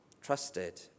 Trusted